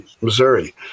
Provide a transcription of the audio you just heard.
Missouri